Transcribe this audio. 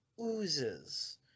oozes